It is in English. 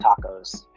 tacos